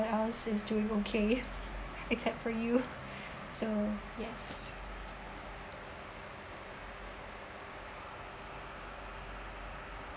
like us is doing okay except for you so yes